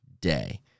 day